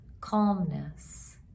calmness